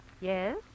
Yes